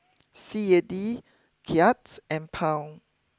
C A D Kyat and Pound